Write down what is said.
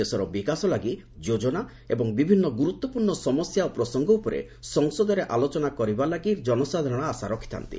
ଦେଶର ବିକାଶ ଲାଗି ଯୋଜନା ଏବଂ ବିଭିନ୍ନ ଗୁରୁତ୍ୱପୂର୍ଣ୍ଣ ସମସ୍ୟା ଓ ପ୍ରସଙ୍ଗ ଉପରେ ସଂସଦରେ ଆଲୋଚନା କରାଯିବା ଲାଗି ଜନସାଧାରଣ ଆଶା ରଖିଥାନ୍ତି